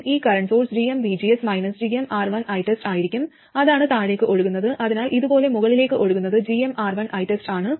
ഈ current source gmvgs gmR1ITEST ആയിരിക്കും അതാണ് താഴേക്ക് ഒഴുകുന്നത് അതിനാൽ ഇതുപോലെ മുകളിലേക്ക് ഒഴുകുന്നത് gmR1ITEST ആണ്